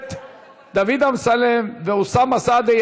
הכנסת דוד אמסלם ואוסאמה סעדי.